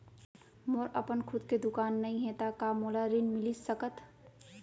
मोर अपन खुद के दुकान नई हे त का मोला ऋण मिलिस सकत?